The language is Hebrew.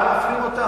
אה, לא מפלים אותם?